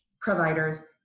providers